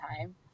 time